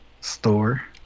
store